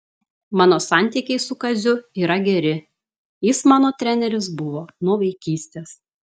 mano santykiai su kaziu yra geri jis mano treneris buvo nuo vaikystės